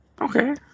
Okay